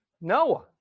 Noah